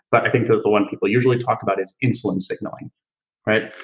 but i think the the one people usually talk about is insulin signaling right?